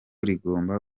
rigomba